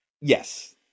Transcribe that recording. yes